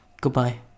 Goodbye